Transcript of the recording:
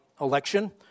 election